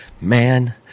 Man